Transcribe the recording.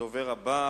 הדובר הבא,